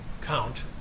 count